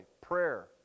prayer